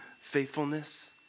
faithfulness